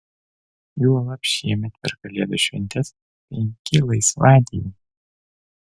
juolab šiemet per kalėdų šventes penki laisvadieniai